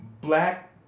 black